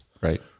Right